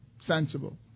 sensible